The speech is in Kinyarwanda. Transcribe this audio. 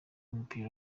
w’umupira